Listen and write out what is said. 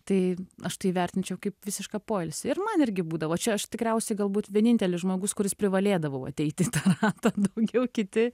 tai aš tai vertinčiau kaip visišką poilsį ir man irgi būdavo čia aš tikriausiai galbūt vienintelis žmogus kuris privalėdavau ateiti į tą ratą jau kiti